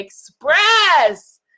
express